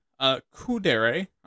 Kudere